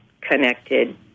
connected